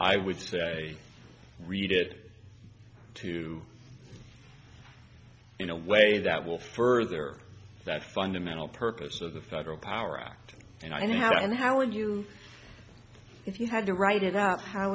i would say read it to you no way that will further that fundamental purpose of the federal power act and i know how and how would you if you had to write it up how